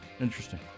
Interesting